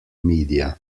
media